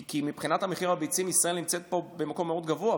כי מבחינת מחיר הביצים ישראל נמצאת פה במקום מאוד גבוה,